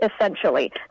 Essentially